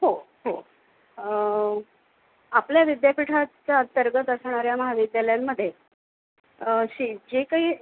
हो हो आपल्या विद्यापीठाच्या अंतर्गत असणाऱ्या महाविद्यालयांमध्ये असे जे काही